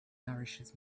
nourishes